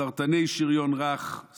סרטני שריון רך,